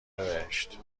بهشت